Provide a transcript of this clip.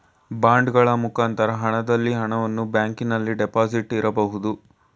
ಬಾಂಡಗಳ ಮುಖಾಂತರ ಹಣದಲ್ಲಿ ಹಣವನ್ನು ಬ್ಯಾಂಕಿನಲ್ಲಿ ಡೆಪಾಸಿಟ್ ಇರಬಹುದು